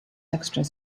extras